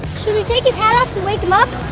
should we take his hat off and wake him up?